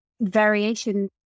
variation